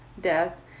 death